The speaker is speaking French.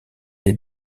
les